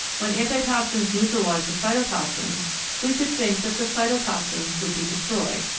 when anti toxins neutralise the cytotoxins we could think that the cytotoxins would be destroyed.